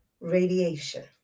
radiation